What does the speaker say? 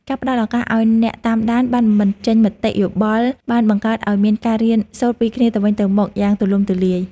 ការផ្ដល់ឱកាសឱ្យអ្នកតាមដានបានបញ្ចេញមតិយោបល់បានបង្កើតឱ្យមានការរៀនសូត្រពីគ្នាទៅវិញទៅមកយ៉ាងទូលំទូលាយ។